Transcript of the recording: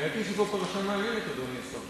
האמת היא שזו פרשה מעניינת, אדוני השר.